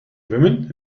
woman